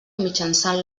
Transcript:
mitjançant